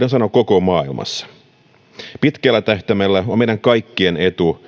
koko maailmassa pitkällä tähtäimellä on meidän kaikkien